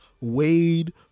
Wade